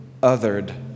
othered